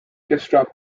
disrupt